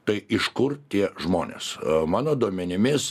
tai iš kur tie žmonės mano duomenimis